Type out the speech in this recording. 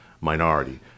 minority